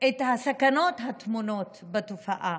את הסכנות הטמונות בתופעה.